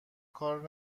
کار